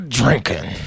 drinking